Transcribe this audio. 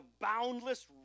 boundless